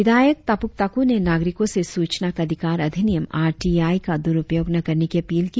विधायक तापुक ताकु ने नागरिकों से सूचना का अधिकार अधिनियम आर टी आई का द्रुपयोग न करने की अपील की